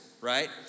right